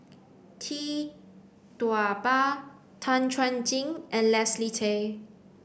Tee Tua Ba Tan Chuan Jin and Leslie Tay